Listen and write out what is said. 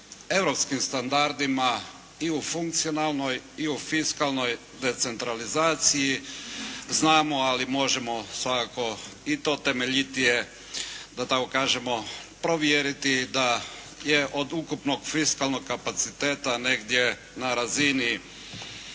europskim standardima i u funkcionalnoj i u fiskalnoj decentralizaciji. Znamo, ali možemo svakako i to temeljitije, da tako kažemo, provjeriti, da je od ukupnog fiskalnog kapaciteta negdje na razini